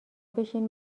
بشین